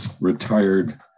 retired